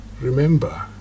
remember